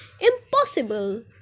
Impossible